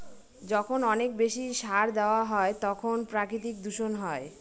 যখন অনেক বেশি সার দেওয়া হয় তখন প্রাকৃতিক দূষণ হয়